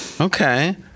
Okay